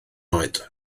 oed